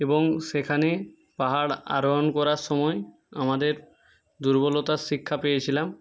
এবং সেখানে পাহাড় আরোহন করার সময় আমাদের দুর্বলতার শিক্ষা পেয়েছিলাম